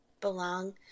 belong